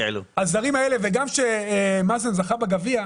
הזרים האלה וגם שמאזן זכה בגביע,